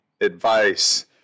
advice